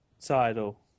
title